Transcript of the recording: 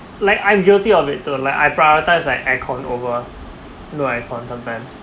like I'm guilty of it to like I prioritise like aircon over no aircon last time lah